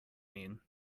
mean